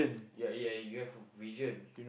yeah yeah you have a vision